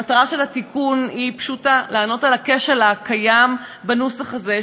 המטרה של התיקון היא פשוטה: לענות על הכשל הקיים בנוסח הזה,